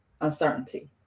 uncertainty